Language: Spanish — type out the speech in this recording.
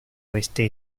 oeste